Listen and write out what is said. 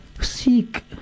seek